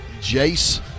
Jace